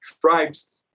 tribes